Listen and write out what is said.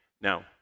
now